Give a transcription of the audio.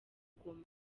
goma